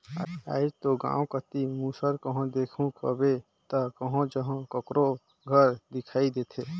आएज दो गाँव कती मूसर कहो देखहू कहबे ता कहो जहो काकरो घर दिखई देथे